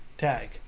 tag